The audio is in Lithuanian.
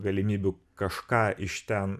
galimybių kažką iš ten